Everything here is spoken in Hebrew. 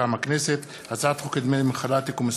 מטעם הכנסת: הצעת חוק דמי מחלה (תיקון מס'